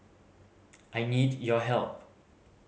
I need your help